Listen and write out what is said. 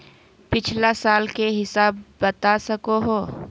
पिछला साल के हिसाब बता सको हो?